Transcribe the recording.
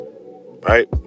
right